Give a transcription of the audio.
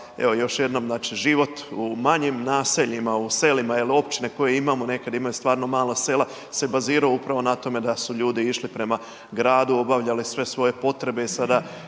još jednom znači život u manjim naseljima, selima jel općine koje imamo neke imaju stvarno mala sela se baziraju upravo na to da su ljudi išli prema gradu obavljali sve svoje potrebe